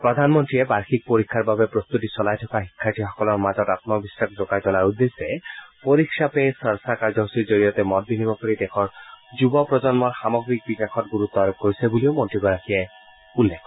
প্ৰধানমন্ত্ৰীয়ে বাৰ্যিক পৰীক্ষাৰ বাবে প্ৰস্তুতি চলাই থকা শিক্ষাৰ্থীসকলৰ মাজত আত্মবিশ্বাস যোগাই তোলাৰ উদ্দেশ্যে পৰীক্ষা পে চৰ্চা কাৰ্যসূচীৰ জৰিয়তে মত বিনিময় কৰি দেশৰ যুৱ প্ৰজন্মৰ সামগ্ৰিক বিকাশত গুৰুত্ব আৰোপ কৰিছে বুলিও মন্ত্ৰীগৰাকীয়ে উল্লেখ কৰে